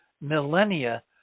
millennia